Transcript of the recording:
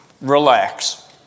Relax